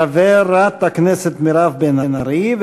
חברת הכנסת מירב בן ארי,